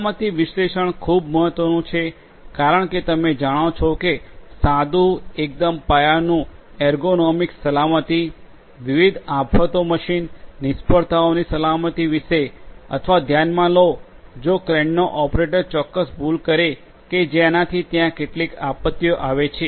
સલામતી વિશ્લેષણ ખૂબ મહત્વનું છે કારણ કે તમે જાણો છો કે સાદુ એકદમ પાયાનું એર્ગોનોમિક્સ સલામતી વિવિધ આફતો મશીન નિષ્ફળતાઓની સલામતી વિશે અથવા ધ્યાનમાં લો જો ક્રેનનો ઓપરેટર ચોક્કસ ભૂલ કરે કે જેનાથી ત્યાં કેટલીક આપત્તિઓ આવે છે